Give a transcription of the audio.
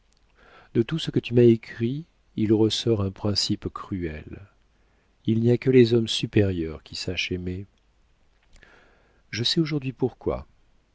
de tout ce que tu m'as écrit il ressort un principe cruel il n'y a que les hommes supérieurs qui sachent aimer je sais aujourd'hui pourquoi